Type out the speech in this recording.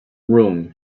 room